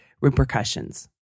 repercussions